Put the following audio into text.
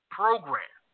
program